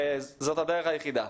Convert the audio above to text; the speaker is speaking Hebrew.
זאת הדרך היחידה.